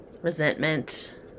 resentment